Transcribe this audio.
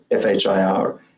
FHIR